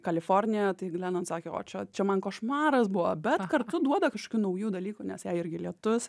kaliforniją tai glenon sakė o čia čia man košmaras buvo bet kartu duoda kažkokių naujų dalykų nes jai irgi lietus